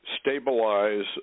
stabilize